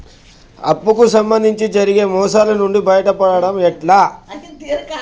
అప్పు కు సంబంధించి జరిగే మోసాలు నుండి బయటపడడం ఎట్లా?